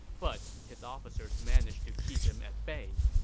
but his officers managed to keep him at bay.